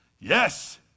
Yes